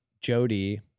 Jody